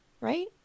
right